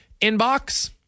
inbox